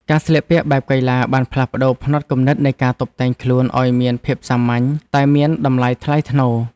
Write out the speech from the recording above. ការស្លៀកពាក់បែបកីឡាបានផ្លាស់ប្តូរផ្នត់គំនិតនៃការតុបតែងខ្លួនឱ្យមានភាពសាមញ្ញតែមានតម្លៃថ្លៃថ្នូរ។